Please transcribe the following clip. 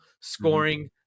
scoring